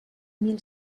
mil